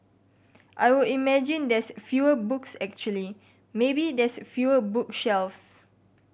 I would imagine there's fewer books actually maybe there's fewer book shelves